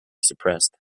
suppressed